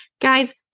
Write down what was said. Guys